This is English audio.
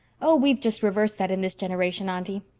oh, we've just reversed that in this generation, aunty.